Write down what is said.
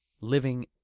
living